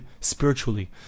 spiritually